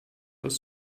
aus